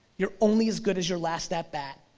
you're only as good as your last at bat.